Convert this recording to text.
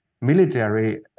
military